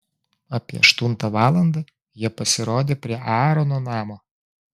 apie aštuntą valandą jie pasirodė prie aarono namo